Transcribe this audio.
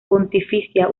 pontificia